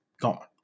gone